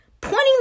Pointing